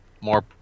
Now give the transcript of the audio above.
more